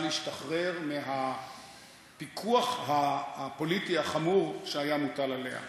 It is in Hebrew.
להשתחרר מהפיקוח הפוליטי החמור שהיה מוטל עליה.